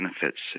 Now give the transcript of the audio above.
benefits